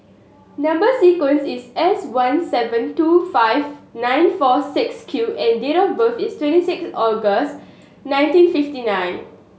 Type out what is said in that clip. number sequence is S one seven two five nine four six Q and date of birth is twenty six August nineteen fifty nine